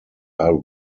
are